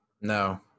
No